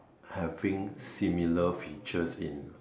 having similar features in